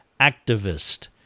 activist